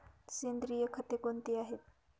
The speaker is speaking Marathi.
सेंद्रिय खते कोणती आहेत?